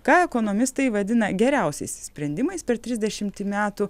ką ekonomistai vadina geriausiais sprendimais per trisdešimtį metų